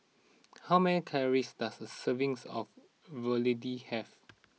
how many calories does a servings of Ravioli have